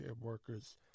workers